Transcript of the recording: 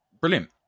Brilliant